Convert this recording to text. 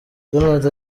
ronaldo